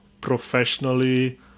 professionally